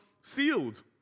sealed